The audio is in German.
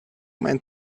mein